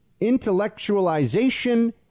intellectualization